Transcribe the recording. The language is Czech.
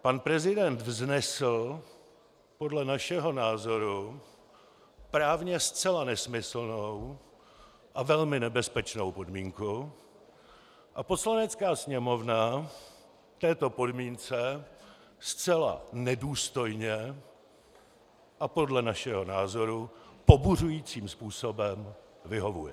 Pan prezident vznesl podle našeho názoru právně zcela nesmyslnou a velmi nebezpečnou podmínku a Poslanecká sněmovna této podmínce zcela nedůstojně a podle našeho názoru pobuřujícím způsobem vyhovuje.